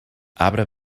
arbre